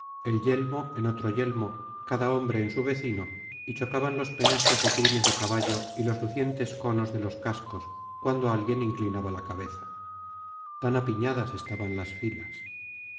el yelmo en otro yelmo cada hombre en su vecino y chocaban los penachos de crines de caballo y los lucientes conos de los cascos cuando alguien inclinaba la cabeza tan apiñadas estaban las filas